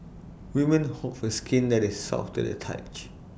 women hope for skin that is soft to the touch